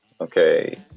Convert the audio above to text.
okay